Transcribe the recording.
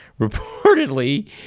Reportedly